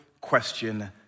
question